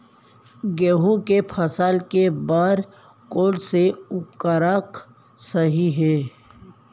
गेहूँ के फसल के बर कोन से उर्वरक सही है?